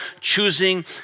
choosing